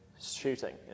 Shooting